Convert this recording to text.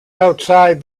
outside